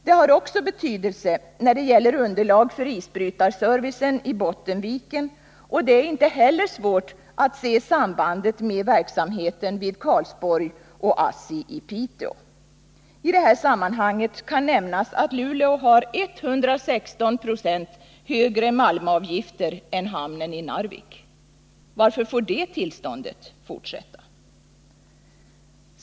Det har också betydelse när det gäller underlag för isbrytarservicen i Bottenviken, och det är inte heller svårt att se sambandet med verksamheten vid Karlsborg och ASSI i Piteå. I det här sammanhanget kan nämnas att Luleå har 116 96 högre malmavgifter än hamnen i Narvik. Varför får det tillståndet fortsätta?